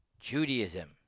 Judaism